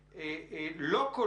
כי בסך הכול של רק שב"כ הוא כבר לא,